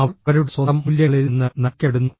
അവർ അവരുടെ സ്വന്തം മൂല്യങ്ങളിൽ നിന്ന് നയിക്കപ്പെടുന്നു